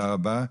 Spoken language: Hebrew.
תודה רבה.